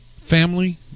family